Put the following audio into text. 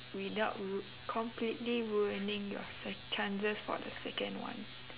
without rui~ completely ruining your sec~ chances for the second one